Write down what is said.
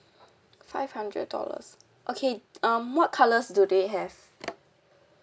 five hundred dollars okay um what colours do they have